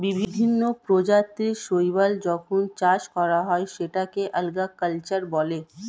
বিভিন্ন প্রজাতির শৈবাল যখন চাষ করা হয় সেটাকে আল্গা কালচার বলে